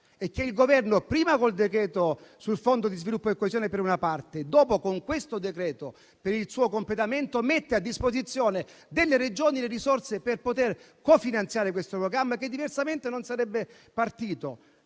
e che il Governo, prima col decreto sul Fondo per lo sviluppo e la coesione per una parte, e poi con questo decreto per il suo completamento, mette a loro disposizione per poter cofinanziare questo programma, che diversamente non sarebbe partito.